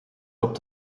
erop